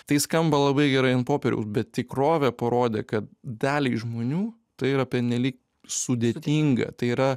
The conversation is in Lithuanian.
tai skamba labai gerai ant popieriaus bet tikrovė parodė kad daliai žmonių tai yra pernelyg sudėtinga tai yra